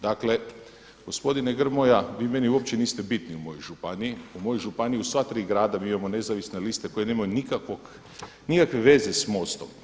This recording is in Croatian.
Dakle gospodine Grmoja, vi meni uopće niste bitni u mojoj županiji, u mojoj županiji u sva tri grada mi imamo nezavisne liste koje nemaju nikakve veze s MOST-om.